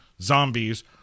zombies